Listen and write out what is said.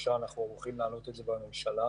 שלושה אנחנו הולכים להעלות את זה בממשלה.